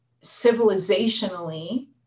civilizationally